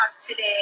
today